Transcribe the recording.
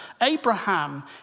Abraham